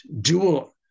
dual